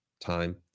time